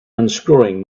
unscrewing